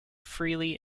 freely